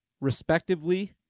respectively